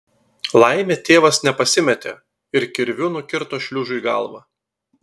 laimė tėvas nepasimetė ir kirviu nukirto šliužui galvą